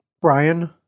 Brian